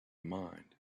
mind